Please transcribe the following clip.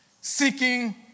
seeking